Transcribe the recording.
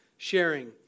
sharing